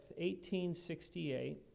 1868